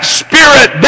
spirit